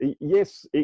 yes